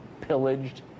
pillaged